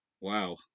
wow